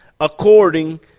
according